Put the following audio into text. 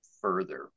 further